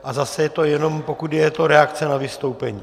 A zase je to jenom, pokud je to reakce na vystoupení.